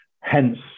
Hence